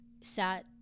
sat